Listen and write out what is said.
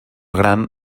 gran